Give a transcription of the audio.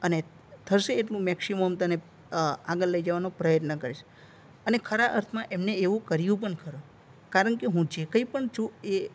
અને થશે એટલું મેક્સિમમ તને આગળ લઈ જવાનો પ્રયત્ન કરીશ અને ખરા અર્થમાં એમણે એવું કર્યું પણ ખરું કારણ કે હું જે કંઈ પણ છું એ